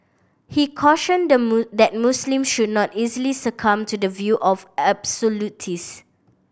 he cautioned the that Muslim should not easily succumb to the view of absolutist